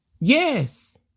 Yes